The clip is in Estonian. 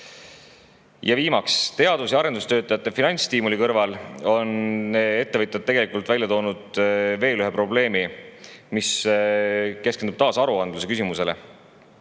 viimaks, teadus- ja arendustöötajate finantsstiimuli kõrval on ettevõtjad välja toonud veel ühe probleemi, mis keskendub aruandlusele.